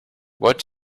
what